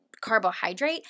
carbohydrate